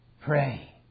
Pray